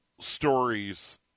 stories